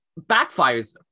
backfires